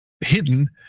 hidden